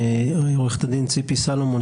שעורכת הדין ציפי סולומון,